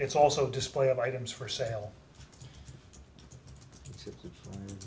it's also display of items for sale